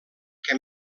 que